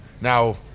Now